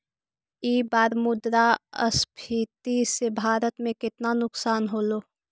ई बार मुद्रास्फीति से भारत में केतना नुकसान होलो